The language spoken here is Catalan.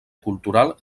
cultural